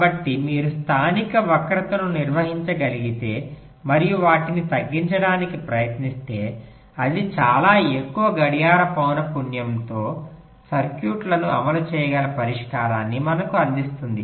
కాబట్టి మీరు స్థానిక వక్రతను నిర్వహించగలిగితే మరియు వాటిని తగ్గించడానికి ప్రయత్నిస్తే అది చాలా ఎక్కువ గడియార పౌన పున్యంతో సర్క్యూట్ను అమలు చేయగల పరిష్కారాన్ని మనకు అందిస్తుంది